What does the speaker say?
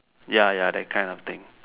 ya ya that kind of thing